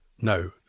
no